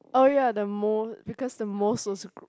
oh ya the mole because the moles so so cute